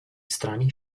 strani